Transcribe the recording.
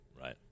Right